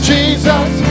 Jesus